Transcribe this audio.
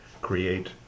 create